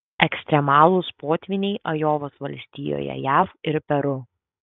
ekstremalūs potvyniai ajovos valstijoje jav ir peru